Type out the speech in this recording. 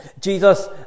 Jesus